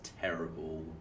terrible